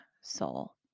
soul